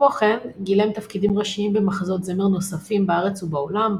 כמו כן גילם תפקידים ראשיים במחזות זמר נוספים בארץ ובעולם,